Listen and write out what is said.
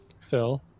Phil